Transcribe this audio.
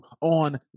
on